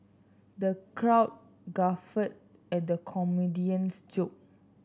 the crowd guffawed at the comedian's joke